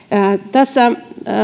tässä